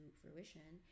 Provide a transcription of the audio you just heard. fruition